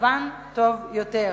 מצבם טוב יותר: